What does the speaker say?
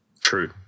True